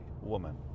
woman